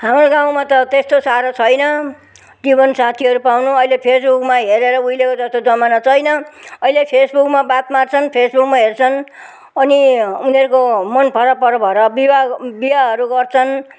हाम्रो गाउँमा त त्यस्तो साह्रो छैन जीवनसाथीहरू पाउनु अहिले फेसबुकमा हेरेर उहिलेको जस्तो जमाना छैन अहिले फेसबुकमा बात मार्छन् फेसबुकमा हेर्छन् अनि उनीहरूको मन परापर भएर विवाह विवाहहरू गर्छन्